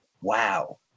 Wow